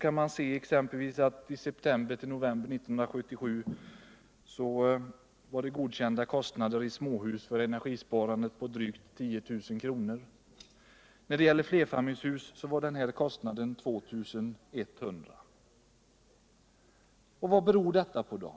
kan man sc exempelvis att under perioden september-november 1977 var de godkända kostnaderna för energisparande I småhus drygt 10 000 kr.. medan de för flerfamiljshus var 2 100 kr. per ftägenhet. Vad beror den skillnaden på?